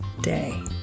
day